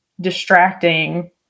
distracting